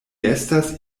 estas